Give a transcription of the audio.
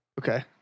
Okay